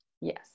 Yes